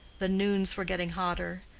the noons were getting hotter,